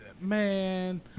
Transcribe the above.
Man